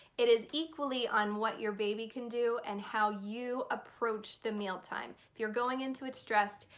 it is equally on what your baby can do and how you approach the mealtime. if you're going into it stressed,